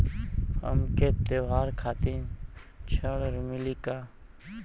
हमके त्योहार खातिर ऋण मिली का?